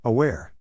Aware